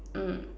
mm